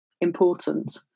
important